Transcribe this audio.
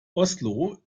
oslo